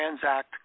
transact